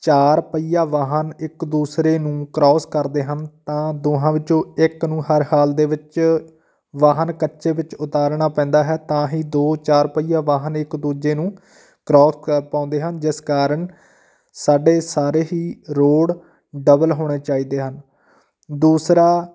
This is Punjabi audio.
ਚਾਰ ਪਹੀਆ ਵਾਹਨ ਇੱਕ ਦੂਸਰੇ ਨੂੰ ਕਰੋਸ ਕਰਦੇ ਹਨ ਤਾਂ ਦੋਹਾਂ ਵਿੱਚੋਂ ਇੱਕ ਨੂੰ ਹਰ ਹਾਲ ਦੇ ਵਿੱਚ ਵਾਹਨ ਕੱਚੇ ਵਿੱਚ ਉਤਾਰਨਾ ਪੈਂਦਾ ਹੈ ਤਾਂ ਹੀ ਦੋ ਚਾਰ ਪਹੀਆ ਵਾਹਨ ਇੱਕ ਦੂਜੇ ਨੂੰ ਕਰੋਸ ਕਰ ਪਾਉਂਦੇ ਹਨ ਜਿਸ ਕਾਰਨ ਸਾਡੇ ਸਾਰੇ ਹੀ ਰੋਡ ਡਬਲ ਹੋਣੇ ਚਾਹੀਦੇ ਹਨ ਦੂਸਰਾ